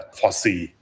foresee